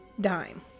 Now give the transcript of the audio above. dime